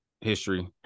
History